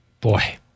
boy